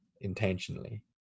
intentionally